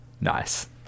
Nice